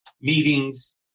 meetings